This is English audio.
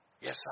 yes